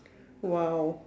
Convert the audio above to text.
!wow!